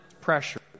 pressure